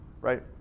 right